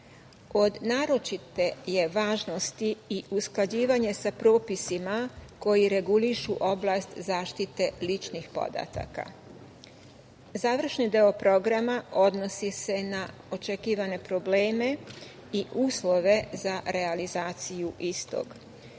naročite je važnosti i usklađivanje sa propisima koji regulišu oblast zaštite ličnih podatka. Završni deo programa odnosi se na očekivane probleme i uslove za realizaciju istog.